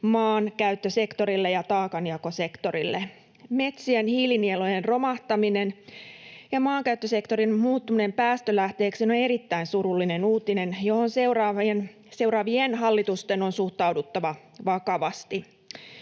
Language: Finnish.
maankäyttösektorille ja taakanjakosektorille. Metsien hiilinielujen romahtaminen ja maankäyttösektorin muuttuminen päästölähteeksi on erittäin surullinen uutinen, johon seuraavien hallitusten on suhtauduttava vakavasti.